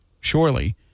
surely